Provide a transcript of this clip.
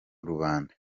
rubanda